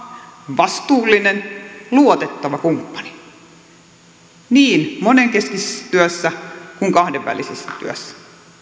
vastuullinen luotettava kumppani niin monenkeskisessä työssä kuin kahdenvälisessä työssä